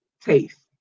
taste